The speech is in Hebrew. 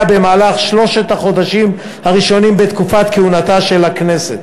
במהלך שלושת החודשים הראשונים לכהונתה של הכנסת.